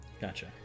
gotcha